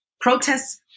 Protests